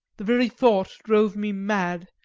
the very thought drove me mad.